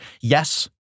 yes